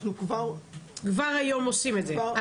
אתם כבר היום עושים את זה.